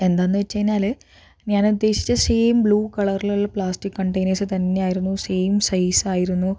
എന്താന്ന് വെച്ച് കഴിഞ്ഞാല് ഞാനുദ്ദേശിച്ച സെയിം ബ്ലൂ കളറിലുള്ള പ്ലാസ്റ്റിക് കണ്ടൈനേഴ്സ് തന്നെയായിരുന്നു സെയിം സൈസായിരുന്നു